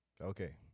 Okay